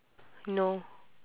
no